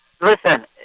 Listen